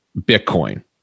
Bitcoin